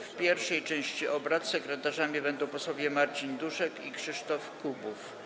W pierwszej części obrad sekretarzami będą posłowie Marcin Duszek i Krzysztof Kubów.